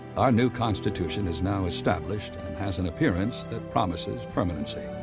our new constitution is now established and has an appearance that promises permanency.